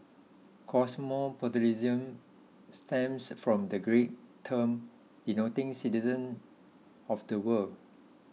cosmopolitanism stems from the Greek term denoting citizen of the world